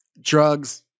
drugs